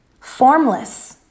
formless